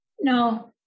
No